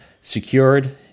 secured